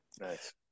nice